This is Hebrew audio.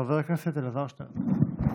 חבר הכנסת אלעזר שטרן.